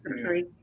three